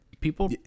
people